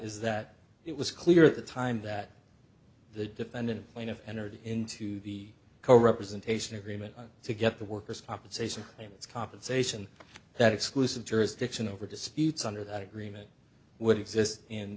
is that it was clear the time that the defendant plaintiff entered into the co representation agreement to get the workers compensation claims compensation that exclusive jurisdiction over disputes under that agreement would exist in